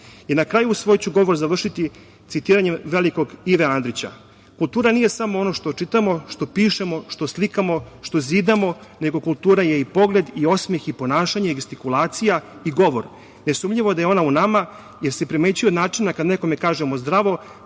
kraju, svoj ću govor završiti citiranjem velikog Ive Andrića „Kultura nije samo ono što čitamo, što pišemo, što slikamo, što zidamo, nego kultura je i pogled i osmeh i ponašanje i gestikulacija i govor. Nesumnjivo da je ona u nama, jer se primećuje način kad nekome kažemo zdravo,